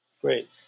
Great